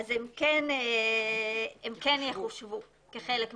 הם כן יחושבו כחלק מהשטח.